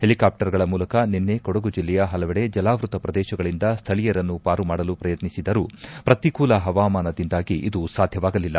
ಹೆಲಿಕಾಪ್ಸರ್ಗಳ ಮೂಲಕ ನಿನ್ನೆ ಕೊಡಗು ಜಿಲ್ಲೆಯ ಹಲವೆಡೆ ಜಲಾವ್ಸತ ಪ್ರದೇಶಗಳಿಂದ ಸ್ಟಳೀಯರನ್ನು ಪಾರು ಮಾಡಲು ಪ್ರಯತ್ನಿಸಿದರೂ ಪ್ರತೀಕೂಲ ಹವಾಮಾನದಿಂದಾಗಿ ಇದು ಸಾಧ್ಯವಾಗಲಿಲ್ಲ